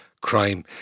crime